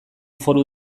foru